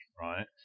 right